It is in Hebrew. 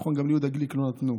נכון, גם ליהודה גליק לא נתנו,